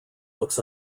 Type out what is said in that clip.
looks